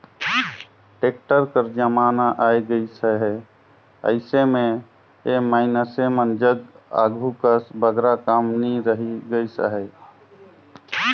tractor कर जमाना आए गइस अहे, अइसे मे ए मइनसे मन जग आघु कस बगरा काम नी रहि गइस अहे